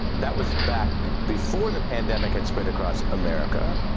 that was back before the pandemic had spread across america.